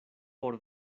por